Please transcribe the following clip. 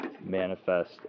manifest